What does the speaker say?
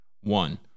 One